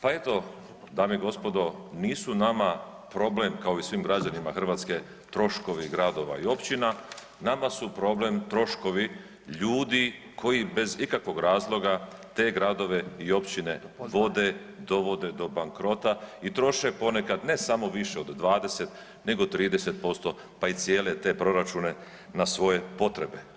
Pa eto dame i gospodo nisu nama problem kao i svim građanima Hrvatske troškovi gradova i općina, nama su problem troškovi ljudi koji bez ikakvog razloga te gradove i općine vode, dovode do bankrota i troše ponekad ne samo više od 20 nego 30% pa i cijele te proračune na svoje potrebe.